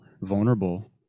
vulnerable